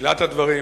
בתחילת הדברים,